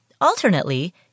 alternately